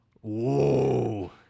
Whoa